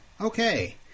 Okay